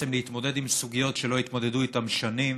להתמודד עם סוגיות שלא התמודדו איתן שנים,